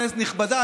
כנסת נכבדה,